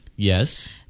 Yes